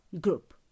group